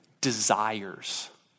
desires